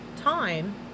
time